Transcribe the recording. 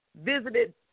visited